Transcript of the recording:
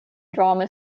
drama